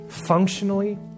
functionally